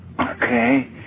Okay